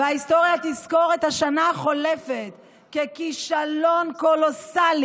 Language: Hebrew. וההיסטוריה תזכור את השנה החולפת ככישלון קולוסלי